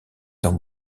temps